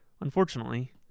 Unfortunately